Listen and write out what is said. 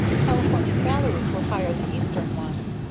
california salaries were higher than eastern ones,